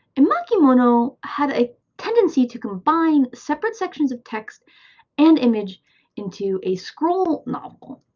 emakimono had a tendency to combine separate sections of text and image into a scroll novel.